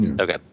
Okay